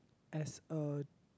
as a